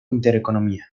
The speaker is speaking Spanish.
intereconomía